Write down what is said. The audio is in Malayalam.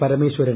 പരമേശ്വരൻ